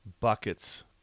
buckets